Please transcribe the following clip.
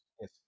Yes